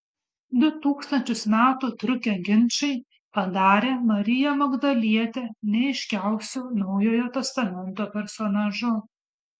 du tūkstančius metų trukę ginčai padarė mariją magdalietę neaiškiausiu naujojo testamento personažu